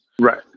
right